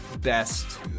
best